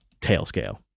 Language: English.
TailScale